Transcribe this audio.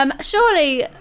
Surely